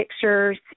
pictures